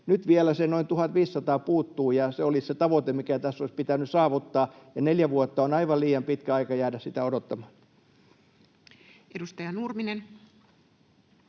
Nyt vielä se noin 1 500 puuttuu, ja se olisi se tavoite, mikä tässä olisi pitänyt saavuttaa, ja neljä vuotta on aivan liian pitkä aika jäädä sitä odottamaan. Edustaja Nurminen.